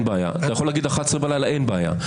אתה יכול להגיד עד 24:00, אין בעיה.